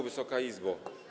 Wysoka Izbo!